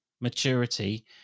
maturity